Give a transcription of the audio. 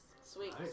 Sweet